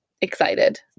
excited